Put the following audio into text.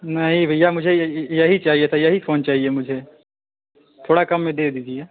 नहीं भैया मुझे यही चाहिए था यही फोन चाहिए मुझे थोड़ा कम में दे दीजिए